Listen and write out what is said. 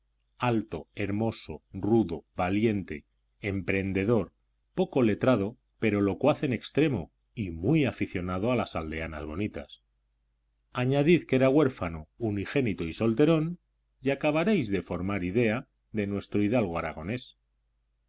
alto hermoso rudo valiente emprendedor poco letrado pero locuaz en extremo y muy aficionado a las aldeanas bonitas añadid que era huérfano unigénito y solterón y acabaréis de formar idea de nuestro hidalgo aragonés en